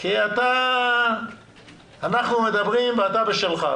כי אנחנו מדברים ואתה בשלך.